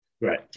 Right